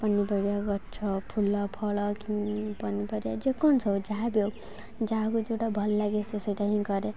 ପନିପରିବା ଗଛ ଫୁଲ ଫଳ କି ପନିପରିବା ଯେକୌଣସି ହେଉ ଯାହା ବି ହେଉ ଯାହାକୁ ଯେଉଁଟା ଭଲ ଲାଗେ ସେ ସେଇଟା ହିଁ କରେ